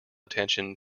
attention